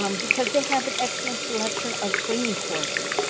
um because they have an excellent selection of training courses.